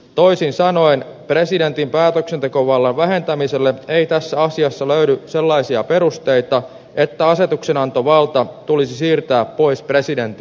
toisin sanoen presidentin päätöksentekovallan vähentämiselle ei tässä asiassa löydy sellaisia perusteita että asetuksenantovalta tulisi siirtää pois presidentiltä